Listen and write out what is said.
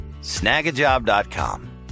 Snagajob.com